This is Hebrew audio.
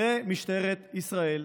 למשטרת ישראל.